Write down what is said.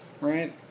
Right